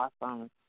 awesome